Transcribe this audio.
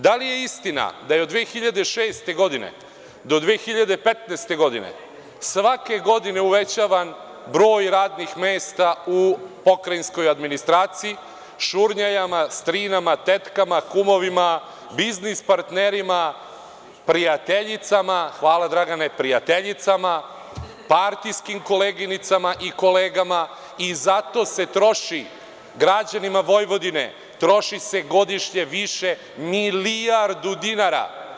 Da li je istina da je od 2006. do 2015. godine svake godine uvećavan broj radnih mesta u pokrajinskoj administraciji šurnjajama, strinama, tetkama, kumovima, biznis partnerima, prijateljicama, hvala Dragane, partijskim koleginicama i kolegama i zato se troši građanima Vojvodine godišnje više milijardu dinara?